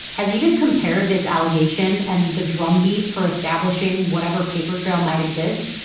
has even compared this allegation and the drumbeat for establishing whatever paper trail might exist,